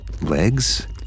Legs